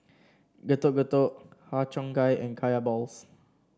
Getuk Getuk Har Cheong Gai and Kaya Balls